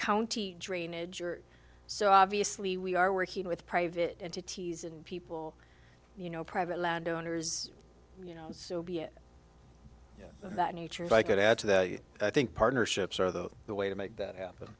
county drainage or so obviously we are working with private entities and people you know private landowners you know so be it that nature if i could add to that i think partnerships are the the way to make that happen